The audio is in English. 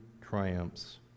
triumphs